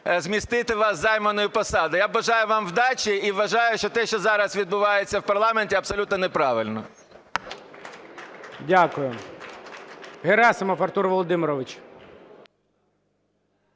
змістити вас із займаної посади. Я бажаю вам удачі. І вважаю, що те, що зараз відбувається в парламенті, абсолютно неправильно. ГОЛОВУЮЧИЙ. Дякую. Герасимов Артур Володимирович.